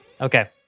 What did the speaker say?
Okay